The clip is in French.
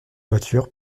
voiture